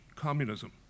communism